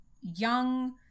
young